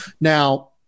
Now